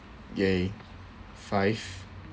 !yay! five